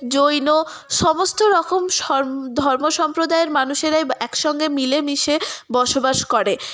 জৈন সমস্ত রকম সর ধর্ম সম্প্রদায়ের মানুষেরাই বা একসঙ্গে মিলেমিশে বসবাস করে